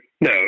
no